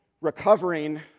recovering